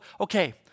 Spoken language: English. okay